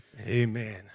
Amen